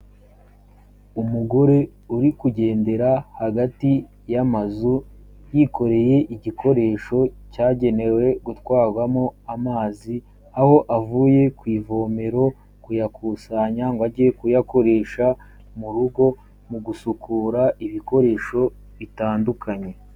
Umugore uri kugendera hagati y'amazu, yikoreye igikoresho cyagenewe gutwarwamo amazi, aho avuye ku ivomero kuyakusanya ngo ajye kuyakoresha mu rugo mu gusukura ibikoresho bitandukanye.